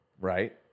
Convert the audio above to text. right